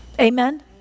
Amen